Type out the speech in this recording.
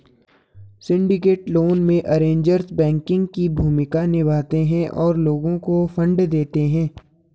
syndicated loan में, arrangers banking की भूमिका निभाते हैं और लोगों को फंड देते हैं